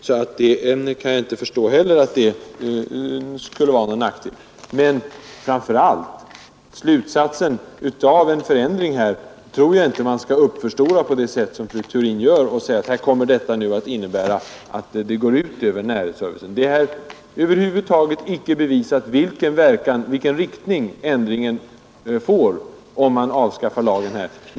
Framför allt tror jag emellertid att man inte bör förstora upp följderna av en förändring på det sätt som fru Theorin gör och säga att en sådan kommer att gå ut över närhetsservicen. Det är över huvud taget icke bevisat vilken riktning ändringen får, om man avskaffar lagen.